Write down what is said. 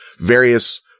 various